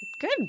Good